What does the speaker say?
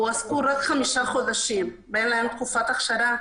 שהועסקו רק חמישה חודשים ואין להן תקופת הכשרה,